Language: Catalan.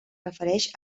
refereix